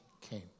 came